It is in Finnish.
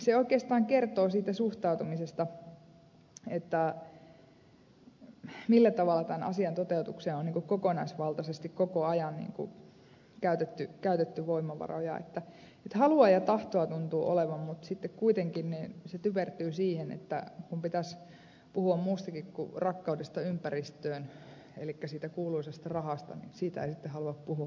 se oikeastaan kertoo siitä suhtautumisesta millä tavalla tämän asian toteutukseen on kokonaisvaltaisesti koko ajan käytetty voimavaroja että halua ja tahtoa tuntuu olevan mutta sitten kuitenkin se typertyy siihen että kun pitäisi puhua muustakin kuin rakkaudesta ympäristöön elikkä siitä kuuluisasta rahasta niin siitä ei sitten halua puhua kukaan